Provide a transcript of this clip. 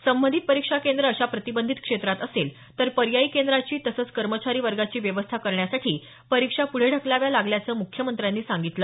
संबंधित परीक्षा केंद्र अशा प्रतिबंधित क्षेत्रात असेल तर पर्यायी केंद्राची तसंच कर्मचारी वर्गाची व्यवस्था करण्यासाठी परीक्षा पुढे ढकलाव्या लागल्याचं मुख्यमंत्र्यांनी सांगितलं